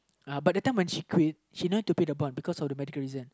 uh but at the time when she quit she don't have to pay the bond because of the medical reason